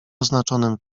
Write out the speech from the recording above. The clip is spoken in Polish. oznaczonym